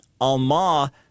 Alma